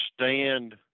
stand